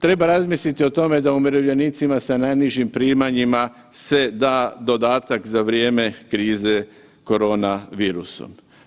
Treba razmisliti o tome da umirovljenicima sa najnižim primanjima se da dodatak za vrijeme krize korona virusom.